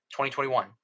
2021